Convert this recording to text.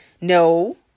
no